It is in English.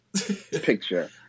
picture